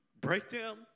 breakdown